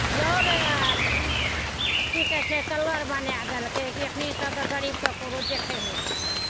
इहो रहय आओर ई की कहय छै कल्लर बना देलकइ कि एखनी एतऽ कऽ गरीबके ककरो देखय नहि छै